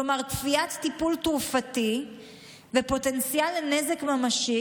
כלומר תביעת טיפול תרופתי ופוטנציאל לנזק ממשי,